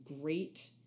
great